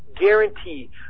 guarantee